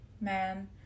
man